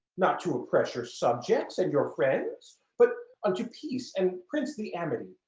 not to oppress your subjects and your friends, but unto peace and princely amity.